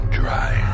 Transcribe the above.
dry